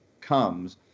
comes